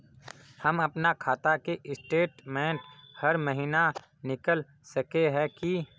हम अपना खाता के स्टेटमेंट हर महीना निकल सके है की?